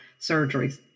surgeries